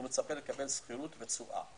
הוא מצפה לקבל שכירות ותשואה.